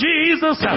Jesus